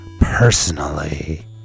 personally